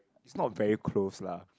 it's not very close lah